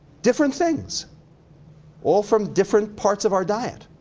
different things all from different parts of our diet.